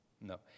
No